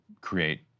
create